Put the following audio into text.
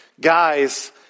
guys